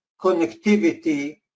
connectivity